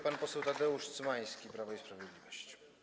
Pan poseł Tadeusz Cymański, Prawo i Sprawiedliwość.